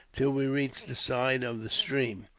till we reached the side of the stream.